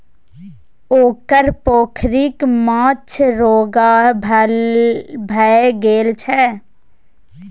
ओकर पोखरिक माछ रोगिहा भए गेल छै